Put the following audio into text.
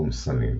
חומסנים –